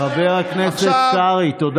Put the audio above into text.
אחר כך יש בד"צים.